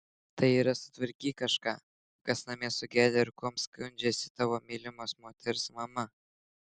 tai yra sutvarkyk kažką kas namie sugedę ar kuom skundžiasi tavo mylimos moters mama